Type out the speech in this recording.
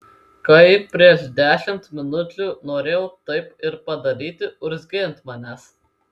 kai prieš dešimt minučių norėjau taip ir padaryti urzgei ant manęs